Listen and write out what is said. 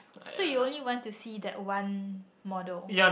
so you only want to see that one model